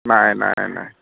নাই নাই নাই